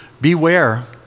beware